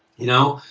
you know?